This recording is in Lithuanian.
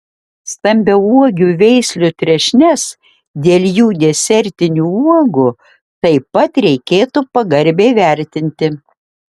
stambiauogių veislių trešnes dėl jų desertinių uogų taip pat reikėtų pagarbiai vertinti